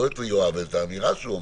לא את יואב אלא את האמירה שהוא אמר,